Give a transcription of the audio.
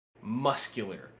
muscular